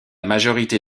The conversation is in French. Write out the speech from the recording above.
majorité